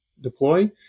deploy